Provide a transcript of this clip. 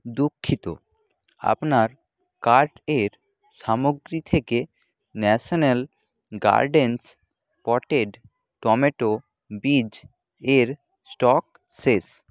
দুঃখিত আপনার কার্ট এর সামগ্রী থেকে ন্যাশনাল গার্ডেনস পটেড টমেটো বীজ এর স্টক শেষ